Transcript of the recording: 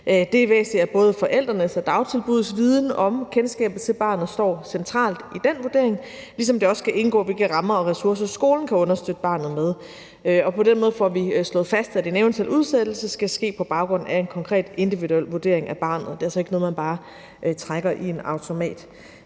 Det er væsentligt, at både forældrenes og dagtilbuddets viden om og kendskab til barnet står centralt i den vurdering, ligesom det også kan indgå, hvilke rammer og ressourcer skolen kan understøtte barnet med. På den måde får vi slået fast, at en eventuel udsættelse skal ske på baggrund af en konkret individuel vurdering af barnet. Det er altså ikke noget, man bare trækker i en automat.